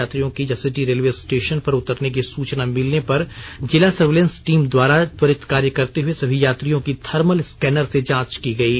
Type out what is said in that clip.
यात्रियों की Jasidih railway station पर उतरने की सूचना मिलने पर जिला सर्विलेंस टीम द्वारा त्वरित कार्य करते हुए सभी यात्रियों की थर्मल स्कैनर से जाँच की गयी